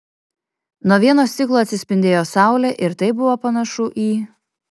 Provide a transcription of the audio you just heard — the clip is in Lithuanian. nuo vieno stiklo atsispindėjo saulė ir tai buvo panašu į